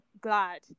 glad